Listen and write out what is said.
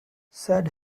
said